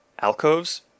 alcoves